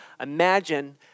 Imagine